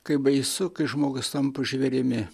kaip baisu kai žmogus tampa žvėrimi